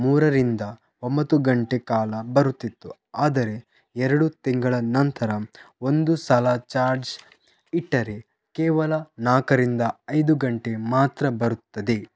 ಮೂರರಿಂದ ಒಂಬತ್ತು ಗಂಟೆ ಕಾಲ ಬರುತಿತ್ತು ಆದರೆ ಎರಡು ತಿಂಗಳ ನಂತರ ಒಂದು ಸಲ ಚಾರ್ಜ್ ಇಟ್ಟರೆ ಕೇವಲ ನಾಲ್ಕರಿಂದ ಐದು ಗಂಟೆ ಮಾತ್ರ ಬರುತ್ತದೆ